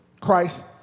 Christ